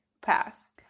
Pass